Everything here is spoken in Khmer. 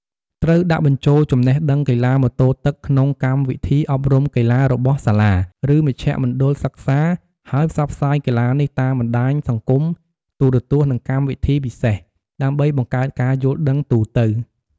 ត្រូវដាក់បញ្ចូលចំណេះដឹងកីឡាម៉ូតូទឹកក្នុងកម្មវិធីអប់រំកីឡារបស់សាលា ឬមជ្ឈមណ្ឌលសិក្សា ហើយផ្សព្វផ្សាយកីឡានេះតាមបណ្តាញសង្គម ទូរទស្សន៍ និងកម្មវិធីពិសេស ដើម្បីបង្កើតការយល់ដឹងទូទៅ។